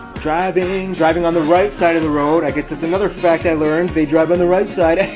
driving, i mean driving on the right side of the road. i guess that's another fact i learned. they drive on the right side. okay, i